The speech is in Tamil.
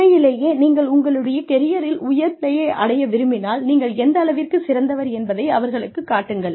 உண்மையிலேயே நீங்கள் உங்களுடைய கெரியரில் உயர் நிலையை அடைய விரும்பினால் நீங்கள் எந்தளவிற்கு சிறந்தவர் என்பதை அவர்களுக்குக் காட்டுங்கள்